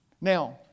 Now